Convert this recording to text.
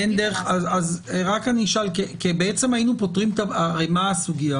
הרי מה הסוגיה?